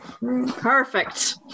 Perfect